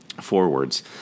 forwards